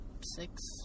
Six